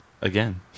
Again